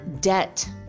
debt